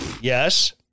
Yes